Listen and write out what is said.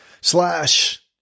slash